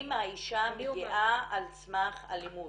אם האישה מגיעה על סמך אלימות,